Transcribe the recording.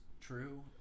true